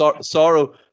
Sorrow